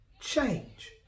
change